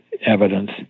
evidence